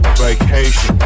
vacation